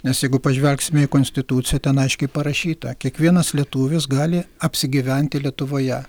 nes jeigu pažvelgsime į konstituciją ten aiškiai parašyta kiekvienas lietuvis gali apsigyventi lietuvoje